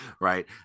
Right